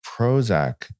Prozac